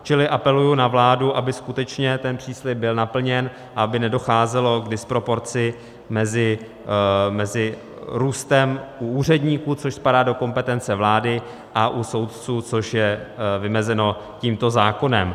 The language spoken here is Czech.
Čili apeluji na vládu, aby skutečně ten příslib byl naplněn a aby nedocházelo k disproporci mezi růstem u úředníků, což spadá do kompetence vlády, a u soudců, což je vymezeno tímto zákonem.